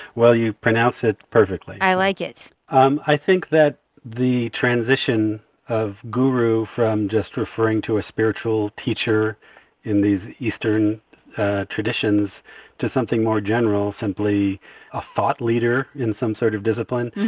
well, you pronounced it perfectly i like it um i think that the transition of guru from just referring to a spiritual teacher in these eastern traditions to something more general, simply a thought leader in some sort of discipline,